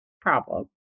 problem